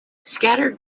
scattered